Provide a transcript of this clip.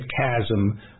chasm